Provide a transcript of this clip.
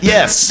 Yes